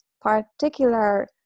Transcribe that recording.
particular